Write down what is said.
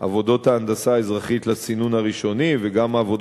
עבודות ההנדסה האזרחית לסינון הראשוני וגם עבודות